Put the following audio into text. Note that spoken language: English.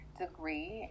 degree